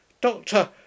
Doctor